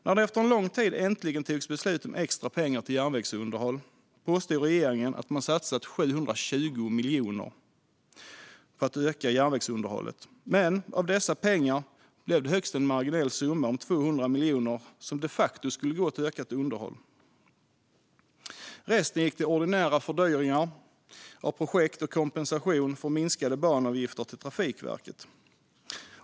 När det efter en lång tid äntligen togs beslut om extra pengar till järnvägsunderhåll påstod regeringen att man satsade 720 miljoner på ökat järnvägsunderhåll. Av dessa pengar blev det en högst marginell summa om 200 miljoner som de facto skulle gå till ökat underhåll; resten gick till ordinära fördyringar av projekt och kompensation för minskade banavgifter till Trafikverket.